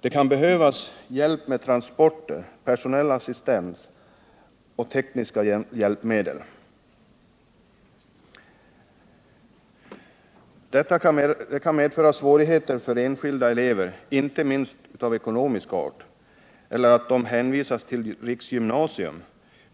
Det kan behövas hjälp med transporter, personell assistens och tekniska hjälpmedel. Detta kan medföra svårigheter för enskilda elever och deras föräldrar, inte minst av ekonomisk art, eller att de hänvisas till riksgymnasium,